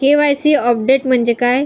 KYC update म्हणजे काय?